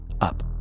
up